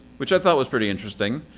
which i thought was pretty interesting.